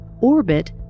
orbit